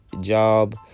job